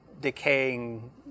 decaying